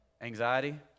Anxiety